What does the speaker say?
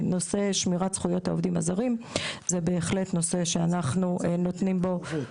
נושא שמירת זכויות העובדים הזרים זה בהחלט נושא שאנחנו נותנים בו.